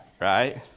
Right